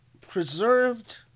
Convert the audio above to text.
preserved